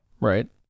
Right